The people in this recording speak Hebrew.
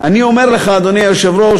אני אומר לך, אדוני היושב-ראש,